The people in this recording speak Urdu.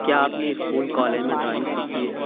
کیا آپ نے اسکول کالج میں ڈرائنگ سیکھی ہے